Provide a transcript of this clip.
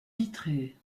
vitrée